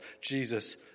Jesus